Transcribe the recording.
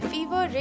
Fever